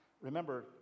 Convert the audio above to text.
remember